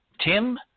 Tim –